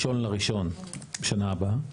1.1 שנה הבאה.